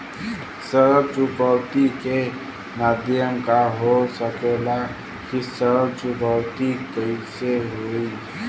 ऋण चुकौती के माध्यम का हो सकेला कि ऋण चुकौती कईसे होई?